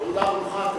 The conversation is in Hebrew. פעולה ברוכה.